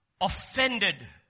offended